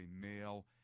male